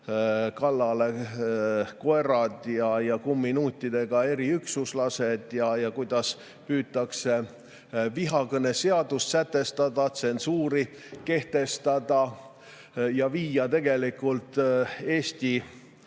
kallale koerad ja kumminuutidega eriüksuslased ja kuidas püütakse vihakõneseadust sätestada, tsensuuri kehtestada ning viia Eesti